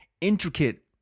intricate